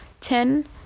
ten